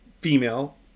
female